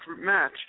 match